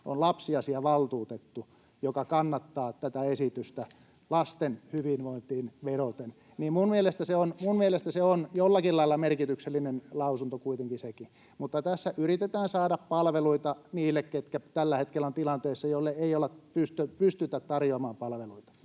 on lapsiasiavaltuutettu, joka kannattaa tätä esitystä lasten hyvinvointiin vedoten, niin mielestäni se on jollakin lailla merkityksellinen lausunto kuitenkin sekin. Tässä yritetään saada palveluita niille, ketkä tällä hetkellä ovat tilanteessa, että heille ei pystytä tarjoamaan palveluita.